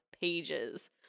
pages